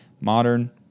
Modern